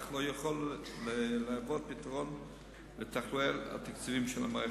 אך לא יכול להוות פתרון לכל תחלואיה התקציביים של המערכת.